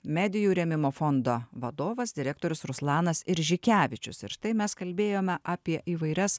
medijų rėmimo fondo vadovas direktorius ruslanas iržikevičius ir štai mes kalbėjome apie įvairias